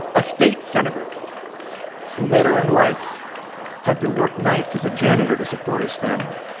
a state senator who later in life had to work nights as a janitor to support his family,